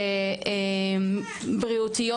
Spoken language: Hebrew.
בריאותיות,